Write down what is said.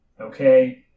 Okay